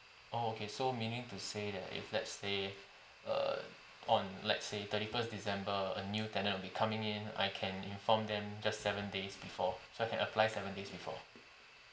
oh okay so meaning to say that if let's say err on let's say thirty first december a new tenant will be coming in I can inform them just seven days before so I can apply seven days before